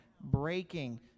breaking